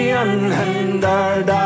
unhindered